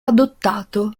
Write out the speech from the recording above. adottato